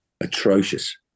atrocious